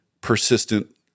persistent